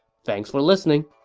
thanks for listening